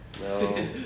No